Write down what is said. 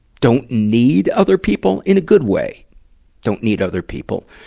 don't need other people in a good way don't need other people.